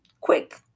quick